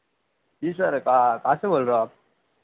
जी sir कहा कहाँ से बोल रहे हो आप